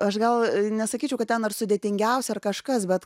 aš gal nesakyčiau kad ten ar sudėtingiausia ar kažkas bet